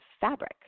fabric